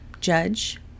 judge